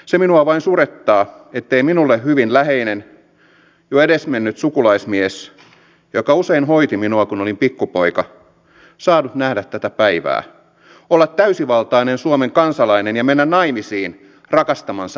se minua vain surettaa ettei minulle hyvin läheinen jo edesmennyt sukulaismies joka usein hoiti minua kun olin pikkupoika saanut nähdä tätä päivää olla täysivaltainen suomen kansalainen ja mennä naimisiin rakastamansa ihmisen kanssa